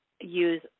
use